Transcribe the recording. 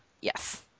Yes